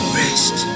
rest